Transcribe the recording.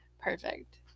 Perfect